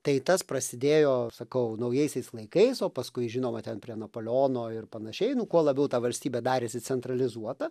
tai tas prasidėjo sakau naujaisiais laikais o paskui žinoma ten prie napoleono ir panašiai nu kuo labiau ta valstybė darėsi centralizuota